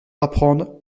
apprendre